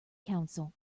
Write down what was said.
council